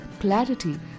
clarity